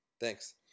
Thanks